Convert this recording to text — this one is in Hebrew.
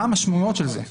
מה המשמעויות של זה.